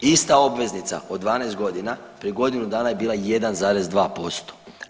Ista obveznica od 12 godina prije godinu dana je bila 1,2%